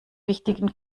wichtigen